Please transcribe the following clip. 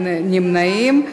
אין נמנעים.